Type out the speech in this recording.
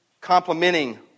complementing